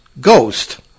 ghost